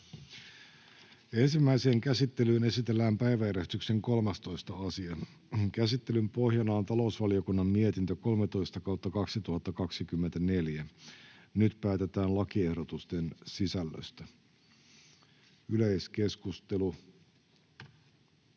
Ensimmäiseen käsittelyyn esitellään päiväjärjestyksen 13. asia. Käsittelyn pohjana on talousvaliokunnan mietintö TaVM 13/2024 vp. Nyt päätetään lakiehdotusten sisällöstä. — Valiokunnan